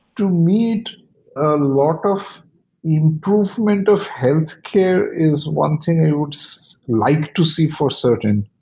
to meet a lot of improvement of healthcare is one thing i would like to see for certain.